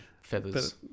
feathers